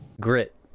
Grit